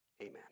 Amen